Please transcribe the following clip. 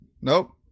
Nope